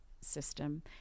system